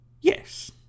Yes